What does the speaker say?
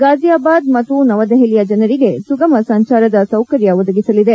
ಗಾಜಿಯಾಬಾದ್ ಮತ್ತು ನವದೆಹಲಿಯ ಜನರಿಗೆ ಸುಗಮ ಸಂಚಾರದ ಸೌಕರ್ಯ ಒದಗಿಸಲಿದೆ